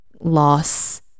loss